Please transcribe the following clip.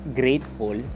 grateful